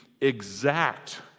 exact